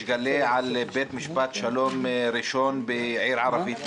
גלי על בית משפט שלום ראשון בעיר ערבית,